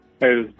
hey